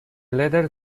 latter